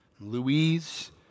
Louise